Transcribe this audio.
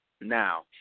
Now